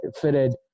fitted